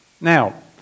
Now